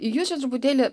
jūs čia truputėlį